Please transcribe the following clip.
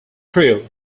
crew